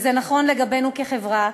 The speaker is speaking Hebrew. וזה נכון לגבינו כחברה,